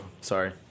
sorry